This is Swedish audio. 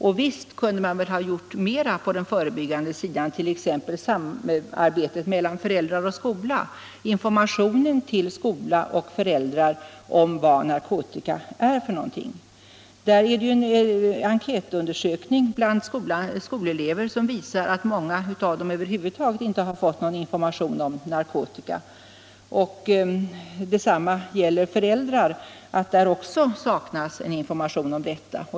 Visst kunde man väl ha gjort mera på det förebyggande området, t.ex. när det gäller informationen till skola och föräldrar om vad narkotika är för någonting. En enkätundersökning bland skolelever visar att många av dessa över ket narkotikamissbruket huvud taget inte har fått någon information om narkotika. Detsamma gäller föräldrar. Också de saknar information om detta.